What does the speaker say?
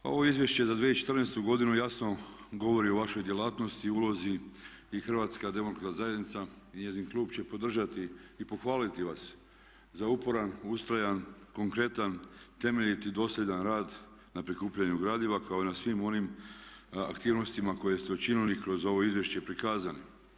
Pa ovo Izvješće za 2014. godinu jasno govori o vašoj djelatnosti i ulozi i Hrvatska demokratska i njezin klub će podržati i pohvaliti vas za uporan, ustrojan, konkretan, temeljiti i dosljedan rad na prikupljanju gradiva kao i na svim onim aktivnosti koje ste učinili kroz ovo izvješće i prikazali.